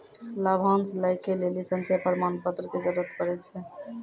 लाभांश लै के लेली संचय प्रमाण पत्र के जरूरत पड़ै छै